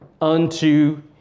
unto